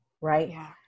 right